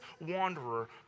wanderer